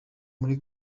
muri